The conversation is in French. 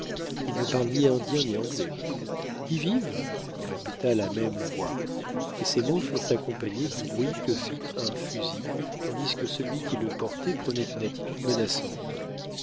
il ne parle ni indien ni anglais qui vive répéta la même voix et ces mots furent accompagnés du bruit que fit un fusil tandis que celui qui le portait prenait une attitude menaçante